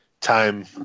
time